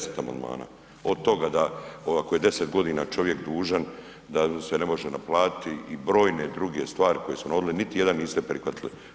10 amandmana, od toga da ako je 10 godina čovjek dužan, da se ne može naplatiti i brojne druge stvari koje smo navodili, niti jedan niste prihvatili.